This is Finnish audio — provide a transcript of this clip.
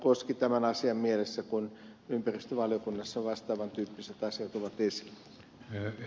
koski tämän asian mielessä kun ympäristövaliokunnassa vastaavan tyyppiset asiat ovat esillä